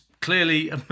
Clearly